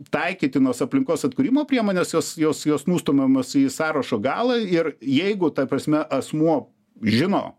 taikytinos aplinkos atkūrimo priemonės jos jos jos nustumiamos į sąrašo galą ir jeigu ta prasme asmuo žino